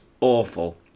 awful